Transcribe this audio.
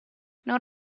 non